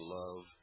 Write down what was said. love